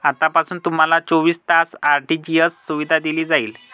आतापासून तुम्हाला चोवीस तास आर.टी.जी.एस सुविधा दिली जाईल